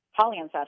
polyunsaturated